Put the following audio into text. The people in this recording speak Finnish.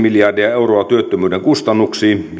miljardia euroa työttömyyden kustannuksiin